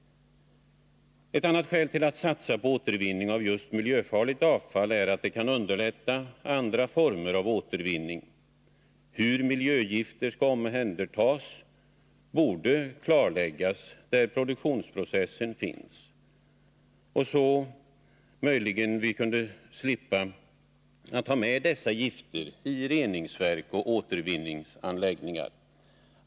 Ett annat skäl till att satsa på återvinning av just miljöfarligt avfall är att det kan underlätta andra former av återvinning. Hur miljögifterna omhändertas borde klarläggas där produktionsprocessen finns, så att vi i större utsträckning slipper att ha dessa gifter med i reningsverk och återvinningsanläggningar.